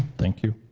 thank you.